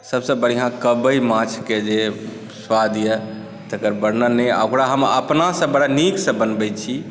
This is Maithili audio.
सभसँ बढ़िआँ कबइ माछके जे स्वाद यए तकर वर्णन नहि यए आ ओकरा हम अपनासँ बड़ा नीकसँ बनबैत छी